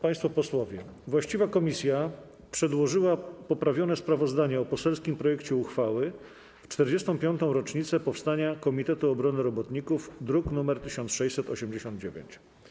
Państwo posłowie, właściwa komisja przedłożyła poprawione sprawozdanie o poselskim projekcie uchwały w 45. rocznicę powstania Komitetu Obrony Robotników, druk nr 1689.